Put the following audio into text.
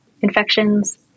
infections